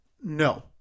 no